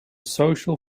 social